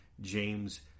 James